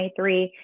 23